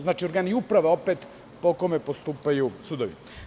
Znači, organi uprave po kome postupaju sudovi.